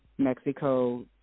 Mexico